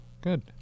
good